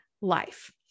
life